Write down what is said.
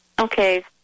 Okay